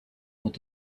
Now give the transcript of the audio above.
would